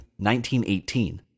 1918